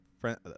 friend